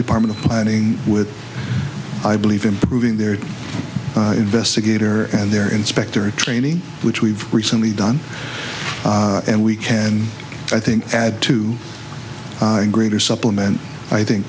department of planning with i believe improving their investigator and their inspector training which we've recently done and we can i think add to greater supplement i think